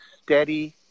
steady